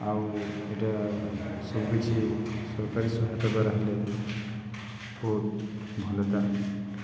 ଆଉ ଏଇଟା ସବୁ କିିଛି ସରକାରୀ ସହାୟତା ଦ୍ୱାରା ବହୁତ ଭଲ ହୁଅନ୍ତା